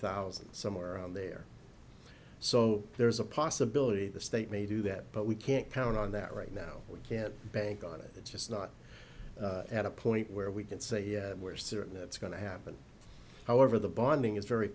thousand somewhere around there so there's a possibility the state may do that but we can't count on that right now we can't bank on it it's just not at a point where we can say we're certain it's going to happen however the bonding is very